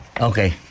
Okay